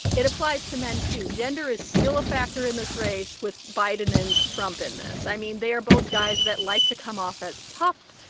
it applies to men, too. gender is still a factor in this race with biden and trump in this. i mean, they are both guys that like to come off as tough,